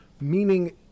meaning